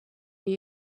tell